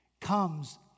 comes